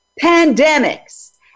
pandemics